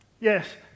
Yes